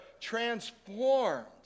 transformed